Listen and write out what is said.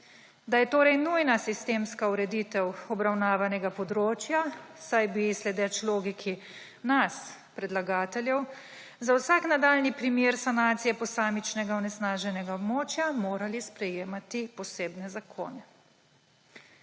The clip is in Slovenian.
Da je torej nujna sistemska ureditev obravnavnega področja, saj bi, sledeč logiki nas, predlagateljev, za vsak nadaljnji primer sanacije posamičnega onesnaženega območja morali sprejemati posebne zakone.